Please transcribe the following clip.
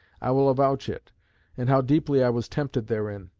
i will avouch it and how deeply i was tempted therein,